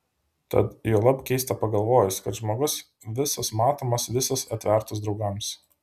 tad juolab keista pagalvojus kad žmogus visas matomas visas atvertas draugams